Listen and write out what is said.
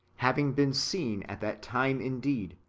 having been seen at that time indeed,